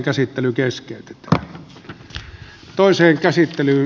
ensimmäinen varapuhemies pekka ravi